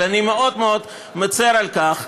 אבל אני מאוד מאוד מצר על כך,